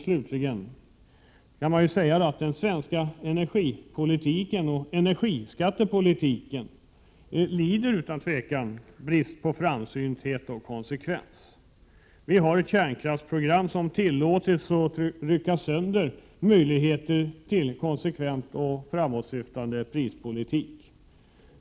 Man kan säga att den svenska energipolitiken och energiskattepolitiken utan tvivel lider brist på framsynthet och konsekvens. Kärnkraftsprogrammet har tillåtits rycka sönder möjligheterna till en konsekvent och framåtsyftande prispolitik.